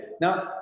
Now